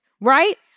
right